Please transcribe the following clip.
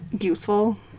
useful